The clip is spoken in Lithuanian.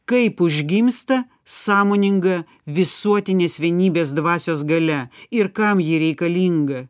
kaip užgimsta sąmoninga visuotinės vienybės dvasios galia ir kam ji reikalinga